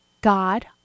God